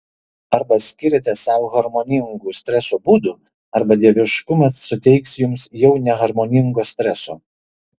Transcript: arba skiriate sau harmoningų streso būdų arba dieviškumas suteiks jums jau neharmoningo streso